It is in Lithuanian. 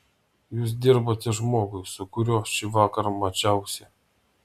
jūs dirbate žmogui su kuriuo šįvakar mačiausi